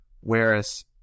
whereas